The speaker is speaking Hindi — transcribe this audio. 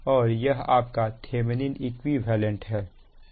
और यह आपका थिवेनिन इक्विवेलेंट है